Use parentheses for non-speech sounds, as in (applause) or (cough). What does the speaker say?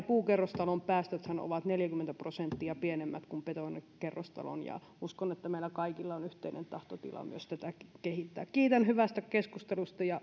(unintelligible) puukerrostalon päästöthän ovat neljäkymmentä prosenttia pienemmät kuin betonikerrostalon ja uskon että meillä kaikilla on yhteinen tahtotila myös tätä kehittää kiitän hyvästä keskustelusta ja (unintelligible)